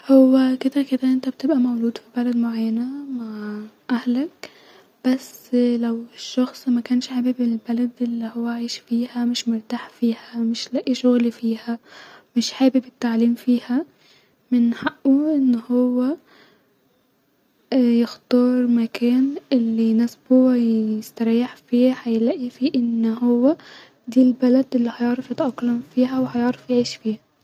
هو انت كدا كدا بتبقي مولود في بلد معينه- مع اهلك بس لو كان الشخص مش حابب البلاد الي هو عايش فيها مش مرتاح فيها-مش لاقي شغل فيها-مش حابب التعليم فيها من حقو-انو هو- يختار مكان الي يناسبو وهيستريح فيه هيلاقي-ان هو دي البلاد الي هيعرف يتأقلم فيها وهيعرف يعيش فيها